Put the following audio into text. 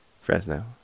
Fresno